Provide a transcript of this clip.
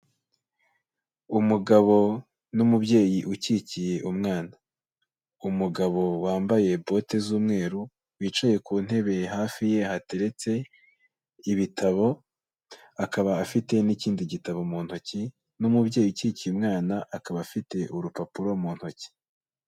Umugabo n'umubyeyi ukikiye umwana, umugabo wambaye bote z'umweru, wicaye ku ntebe hafi ye hateretse ibitabo, akaba afite n'ikindi gitabo mu ntoki, n'umubyeyi ukikiye umwana akaba afite urupapuro mu ntoki.